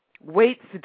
weights